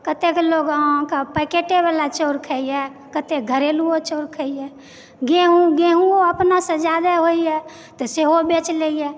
कतेक लोग अहाँके पैकेटे बला चाउर खाइए कतेक घरेलुवो चाउर खाइए गेहूँ गेहूँवो अपनासँ जादे होयए तऽ सेहो बेच लैतए